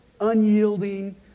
unyielding